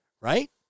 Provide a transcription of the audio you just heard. right